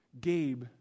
Gabe